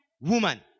woman